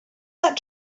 that